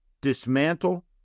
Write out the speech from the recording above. dismantle